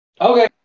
Okay